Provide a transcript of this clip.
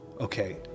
Okay